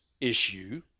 issue